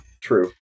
True